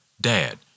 Dad